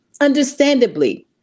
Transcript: understandably